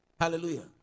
Hallelujah